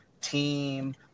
team